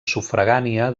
sufragània